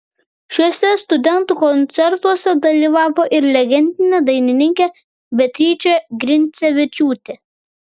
šiuose studentų koncertuose dalyvavo ir legendinė dainininkė beatričė grincevičiūtė